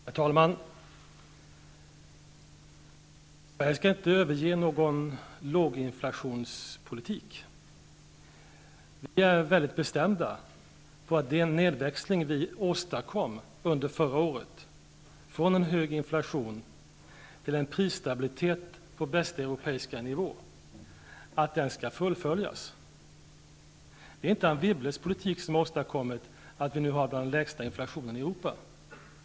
Herr talman! Vi skall inte överge någon låginflationspolitik. Vi är mycket bestämda. Den nedväxling vi åstadkom förra året från en hög inflation till en prisstabilitet på bästa europeiska nivå skall fullföljas. Det är inte Anne Wibbles politik som har åstadkommit att vi nu har den lägsta inflationen i Europa.